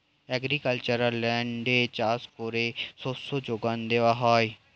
agricultural ল্যান্ডে চাষ করে শস্য যোগান দেওয়া হয়